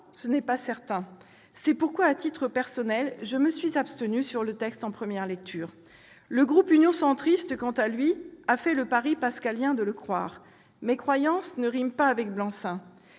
Ce n'est pas certain. C'est pourquoi, à titre personnel, je m'étais abstenue sur ce texte en première lecture. Le groupe Union Centriste, quant à lui, a fait le pari pascalien d'y croire, mais croyance ne rime pas avec blanc-seing.